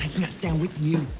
us down with you.